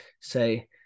say